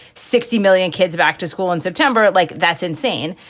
sixty million kids back to school in september. like that's insane.